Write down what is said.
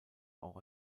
auch